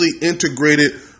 integrated